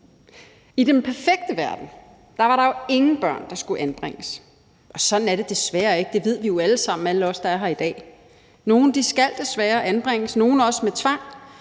I den perfekte verden var der jo ingen børn, der skulle anbringes, men sådan er det desværre ikke – det ved vi jo; alle os, der er her i dag. Nogle skal desværre anbringes, nogle også med tvang,